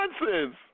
nonsense